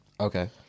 Okay